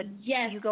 Yes